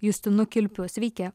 justinu kilpiu sveiki